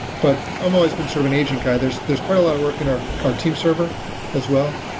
but i'm always been sort of an agent guy. there's there's quite a lot of work in our our team server as well,